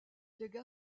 légua